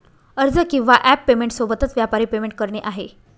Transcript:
अर्ज किंवा app payment सोबतच, व्यापारी पेमेंट करणे आहे